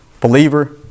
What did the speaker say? believer